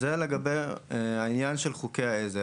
זה לגבי חוקי העזר.